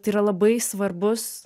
tai yra labai svarbus